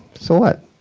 so what,